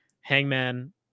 Hangman